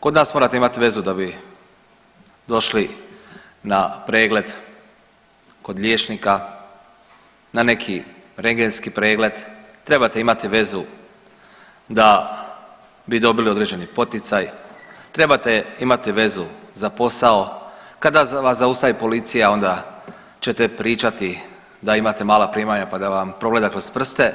Kod nas morate imati vezu da bi došli na pregled kod liječnika, na neki rendgenski pregled, trebate imati vezu da bi dobili određeni poticaj, trebate imati vezu za posao, kada vas zaustavi policija onda ćete pričati da imate mala primanja pa da vam progleda kroz prste